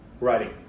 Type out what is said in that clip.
writing